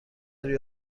روی